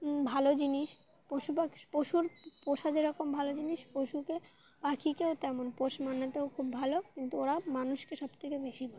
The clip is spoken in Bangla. ভালো জিনিস পশু পাখ পশুর পোষা যেরকম ভালো জিনিস পশুকে পাখিকেও তেমন পোষ মানাতেও খুব ভালো কিন্তু ওরা মানুষকে সবথেকে বেশি